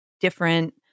different